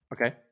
Okay